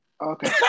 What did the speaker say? Okay